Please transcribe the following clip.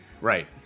Right